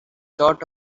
thought